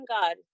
God